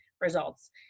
results